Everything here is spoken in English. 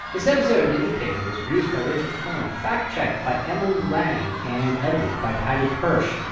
this episode of the indicator was produced by rachel cohen, fact-checked by emily lang and edited by paddy hirsch.